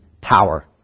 power